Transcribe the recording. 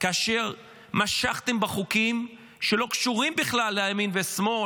כאשר משכתם בחוקים שלא קשורים בכלל לימין ושמאל,